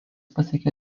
pasiekė